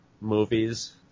movies